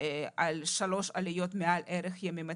על שלוש עליות מעל ערך יומי.